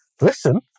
Listen